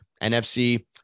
NFC